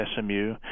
SMU